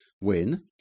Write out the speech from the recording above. win